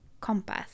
compass